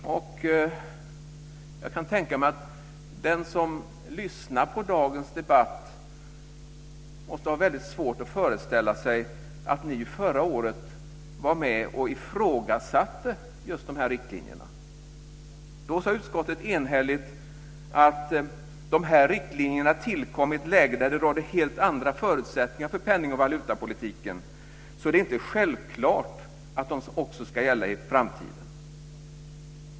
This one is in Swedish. Jag kan tänka mig att den som lyssnar på dagens debatt måste ha väldigt svårt att föreställa sig att ni förra året var med och ifrågasatte just de riktlinjerna. Då sade utskottet enhälligt att de här riktlinjerna tillkom i ett läge där det rådde helt andra förutsättningar för penning och valutapolitiken, så det är inte självklart att de också ska gälla i framtiden.